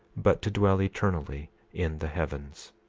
but to dwell eternally in the heavens.